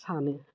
सानो